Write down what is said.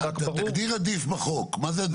תגדיר 'עדיף' בחוק, מה זה עדיף?